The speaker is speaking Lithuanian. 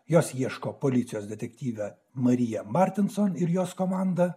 jos ieško policijos detektyve marija martinson ir jos komanda